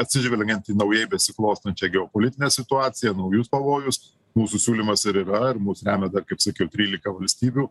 atsižvelgiant į naujai besiklostančią geopolitinę situaciją naujus pavojus mūsų siūlymas ir yra ir mus remia dar kaip sakiau trylika valstybių